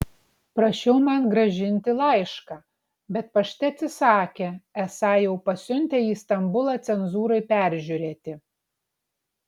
prašiau man grąžinti laišką bet pašte atsisakė esą jau pasiuntę į istambulą cenzūrai peržiūrėti